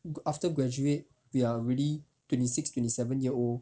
go~ after graduate we are really twenty six twenty seven year old